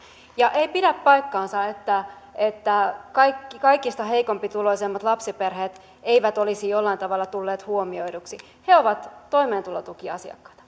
ja ei pidä paikkaansa että että kaikista heikkotuloisimmat lapsiperheet eivät olisi jollain tavalla tulleet huomioiduksi he ovat toimeentulotukiasiakkaita